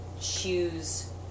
choose